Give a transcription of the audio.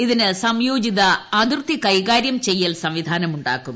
ഇതിന് സംയോജിത അതിർത്തി കൈകാര്യം ചെയ്യൽ സംവിധാനമുണ്ടാക്കും